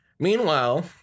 Meanwhile